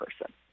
person